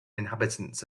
inhabitants